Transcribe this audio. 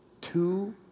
two